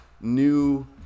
new